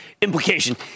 implication